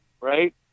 right